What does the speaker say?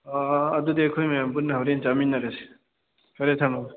ꯑꯗꯨꯗꯤ ꯑꯩꯈꯣꯏ ꯃꯌꯥꯝ ꯄꯨꯟꯅ ꯍꯣꯔꯦꯟ ꯆꯥꯃꯤꯟꯅꯔꯁꯤ ꯐꯔꯦ ꯊꯝꯃꯒꯦ